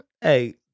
Hey